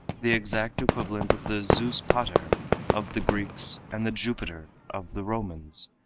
the exact equivalent of the zeus pater of the greeks and the jupiter of the romans,